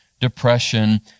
depression